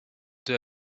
deux